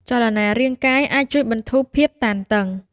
ចលនារាងកាយអាចជួយបន្ធូរភាពតានតឹង។